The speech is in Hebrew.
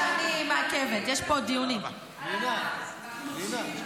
הלשכות ריקות והח"כים